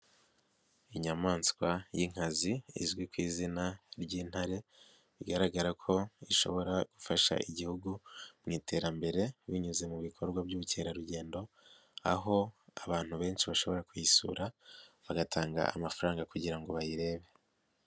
Inyamaswa y'inkazi izwi ku izina ry'intare, bigaragara ko ishobora gufasha igihugu mu iterambere binyuze mu bikorwa by'ubukerarugendo, aho abantu benshi bashobora kuyisura bagatanga amafaranga kugira ngo bayirebe.